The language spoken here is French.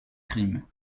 crimes